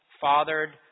fathered